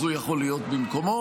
אז הוא יכול להיות במקומו.